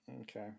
Okay